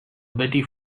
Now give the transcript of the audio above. betty